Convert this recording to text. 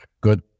good